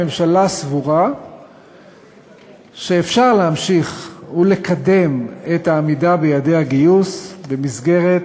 הממשלה סבורה שאפשר להמשיך לקדם את העמידה ביעדי הגיוס במסגרת